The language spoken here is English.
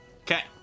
Okay